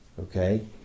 okay